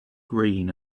green